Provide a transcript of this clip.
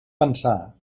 pensar